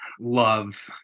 love